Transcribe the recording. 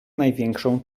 największą